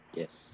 yes